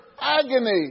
agony